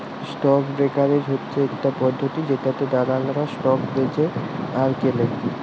stock brokerage হচ্যে ইকটা পদ্ধতি জেটাতে দালালরা স্টক বেঁচে আর কেলে